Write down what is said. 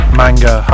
manga